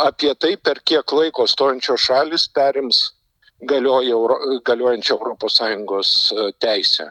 apie tai per kiek laiko stojančios šalys perims galioja euro galiojančią europos sąjungos teisę